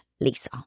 Lisa